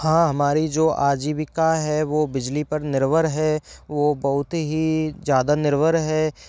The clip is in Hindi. हाँ हमारी जो आजीविका है वह बिजली पर निर्भर है वह बहुत ही ज़्यादा निर्भर है